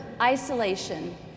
isolation